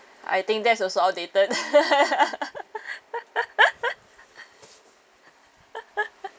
I think that's also outdated